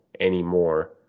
anymore